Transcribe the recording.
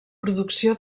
producció